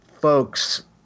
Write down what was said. folks